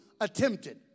attempted